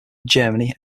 germany